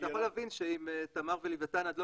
אתה יכול להבין שאם תמר ולווייתן עוד לא